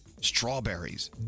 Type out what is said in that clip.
strawberries